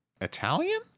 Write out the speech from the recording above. Italian